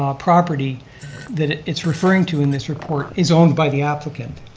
ah property that it's referring to in this report is owned by the applicant,